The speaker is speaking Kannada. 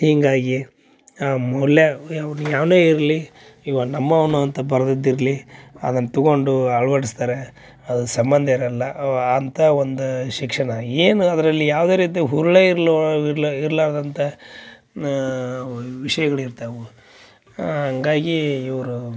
ಹೀಗಾಗಿ ಆ ಮೌಲ್ಯ ಅವ್ನ ಯಾವ್ನೇ ಇರಲಿ ಇವ ನಮ್ಮವನು ಅಂತ ಬರ್ದಿದ್ದು ಇರಲಿ ಅದನ್ನ ತಗೊಂಡು ಅಳ್ವಡ್ಸ್ತಾರೆ ಅದು ಸಂಬಂಧ ಇರಲ್ಲ ಅವಾ ಅಂತ ಒಂದು ಶಿಕ್ಷಣ ಏನು ಅದರಲ್ಲಿ ಯಾವುದೇ ರೀತಿ ಹುರುಳೇ ಇರ್ಲೋ ಇರಲ್ಲ ಇರ್ಲಾರ್ದಂಥ ನಾ ವಿಷಯಗಳಿರ್ತಾವು ಹಂಗಾಗೀ ಇವರು